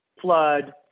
flood